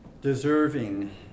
deserving